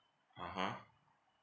(uh huh)